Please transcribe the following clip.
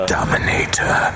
Dominator